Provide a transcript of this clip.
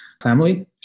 family